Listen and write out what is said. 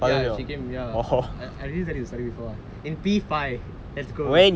ya she came ya I I think at least that is study before in P five at school